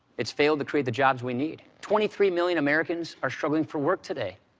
it's failed to create the jobs we need. twenty-three million americans are struggling for work today.